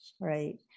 right